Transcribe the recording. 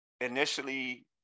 initially